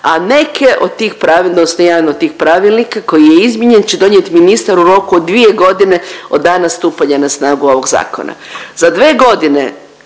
a neke od tih pravilnika koji je izmijenjen će donijeti ministar u roku od dvije godine od dana stupanja na snagu ovog zakona. Za dve godine